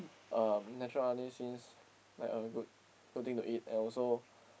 um natural honey seems like a good good thing to eat and also